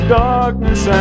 darkness